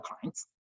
clients